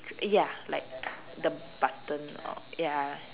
ya like the button or ya